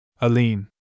Aline